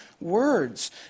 words